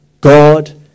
God